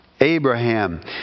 Abraham